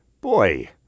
Boy